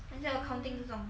is it accounting 这种